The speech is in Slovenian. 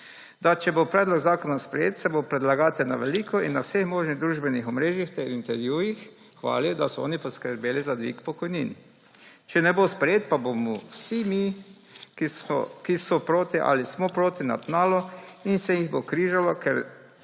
da če bo predlog zakona sprejet, se bo predlagatelj na veliko in na vseh možnih družbenih omrežjih ter intervjujih hvalil, da so oni poskrbeli za dvig pokojnin. Če ne bo sprejet, pa bomo vsi mi, ki so proti ali smo proti, na tnalu in se jih bo križalo, ker